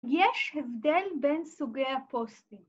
‫יש הבדל בין סוגי הפוסטים.